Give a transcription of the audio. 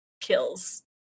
kills